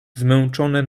zmęczone